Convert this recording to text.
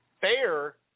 fair